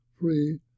free